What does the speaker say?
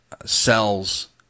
cells